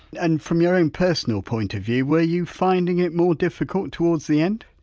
and from your own personal point of view were you finding it more difficult towards the end?